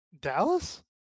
Dallas